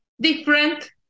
different